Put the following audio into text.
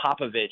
Popovich